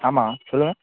ஆமாம் சொல்லுங்கள்